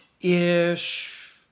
ish